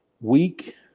week